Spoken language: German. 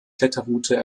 kletterroute